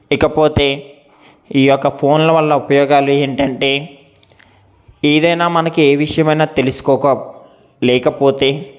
ఇకపోతే ఈయొక్క ఫోన్లో వల్ల ఉపయోగాలు ఏంటంటే ఏదైనా మనకి ఏ విషయమైనా తెలుసుకోక లేకపోతే